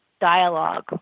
dialogue